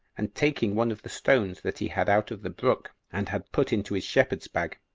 and taking one of the stones that he had out of the brook, and had put into his shepherd's bag,